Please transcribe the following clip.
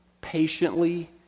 patiently